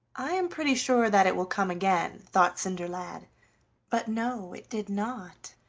i am pretty sure that it will come again, thought cinderlad but no, it did not.